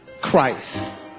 Christ